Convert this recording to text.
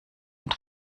und